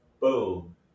boom